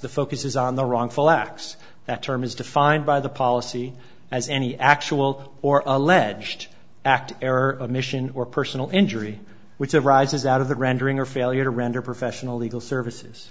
the focus is on the wrongful acts that term is defined by the policy as any actual or alleged act air or admission or personal injury which arises out of the rendering or failure to render professional legal services